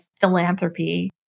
philanthropy